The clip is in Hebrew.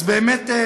אז באמת,